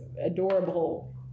adorable